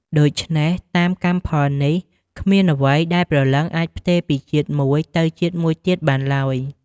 ដូច្នេះ តាមកម្មផលនេះ គ្មានអ្វីដែលព្រលឹងអាចផ្ទេរពីជាតិមួយទៅជាតិមួយទៀតបានឡើយ។